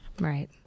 Right